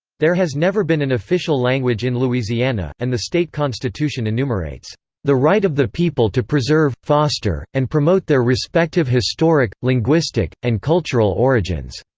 there has never been an official language in louisiana, and the state constitution enumerates the right of the people to preserve, foster, and promote their respective historic, linguistic, and cultural origins.